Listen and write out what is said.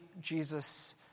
Jesus